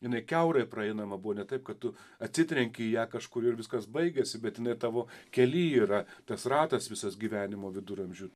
jinai kiaurai praeinama buvo ne taip kad tu atsitrenki į ją kažkur ir viskas baigėsi bet jinai tavo kely yra tas ratas visas gyvenimo viduramžių